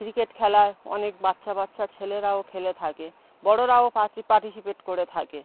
cricket খেলা অনেক বাচ্ছা বাচ্ছা ছেলেরাও খেলে থাকে বড়োরাও পাত্রী পার্টিসিপেট করে থাকে